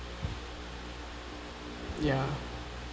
ya